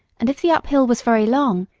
and if the uphill was very long,